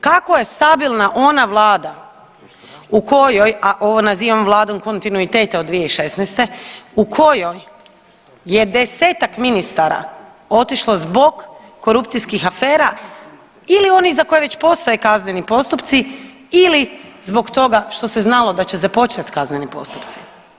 Kako je stabilna ona vlada u kojoj, a ovo nazivam vladom kontinuiteta od 2016. u kojoj je desetak ministara otišlo zbog korupcijskih afera ili oni za koje već postoje kazneni postupci ili zbog toga što se znalo da će započet kazneni postupci?